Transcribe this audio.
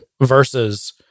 versus